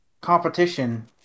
competition